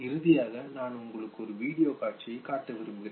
இறுதியாக நான் உங்களுக்கு ஒரு வீடியோ காட்சியைக் காட்ட விரும்புகிறேன்